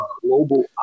global